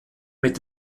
mit